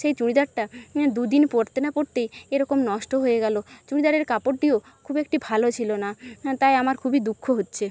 সেই চুড়িদারটা দুদিন পরতে না পরতেই এরকম নষ্ট হয়ে গেল চুড়িদারের কাপড়টিও খুব একটি ভালো ছিল না তাই আমার খুবই দুঃখ হচ্ছে